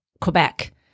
Quebec